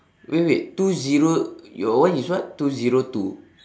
wait wait two zero your one is what two zero two